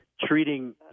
treating